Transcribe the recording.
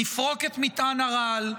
נפרוק את מטען הרעל,